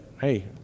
hey